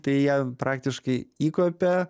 tai jie praktiškai įkopia